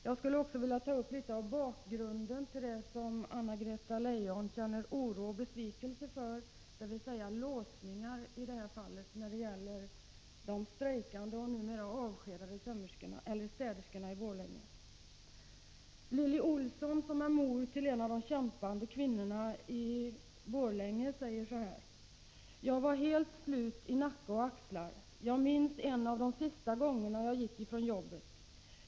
Jag skulle också något vilja redovisa bakgrunden till det som Anna-Greta Leijon känner ”oro och besvikelse” för, dvs. ”låsningar” i detta fall när det gäller de strejkande och numera avskedade städerskorna i Borlänge. Lilly Olsson, som är mor till en av de kämpande kvinnorna i Borlänge, säger så här: ”Jag var helt slut i nacke och axlar. Jag minns en av de sista gångerna jag gick från jobbet.